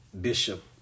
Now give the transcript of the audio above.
bishop